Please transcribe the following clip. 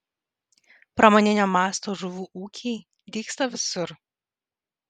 pramoninio masto žuvų ūkiai dygsta visur